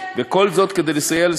וכל זאת כדי לסייע,